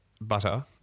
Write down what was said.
Butter